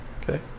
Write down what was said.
Okay